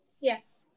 Yes